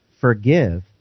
Forgive